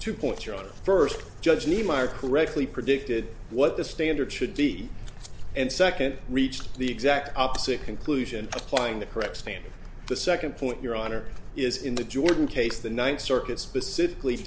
two points your honor first judge niemeyer correctly predicted what the standard should be and second reached the exact opposite conclusion applying the correct standard the second point your honor is in the jordan case the ninth circuit specifically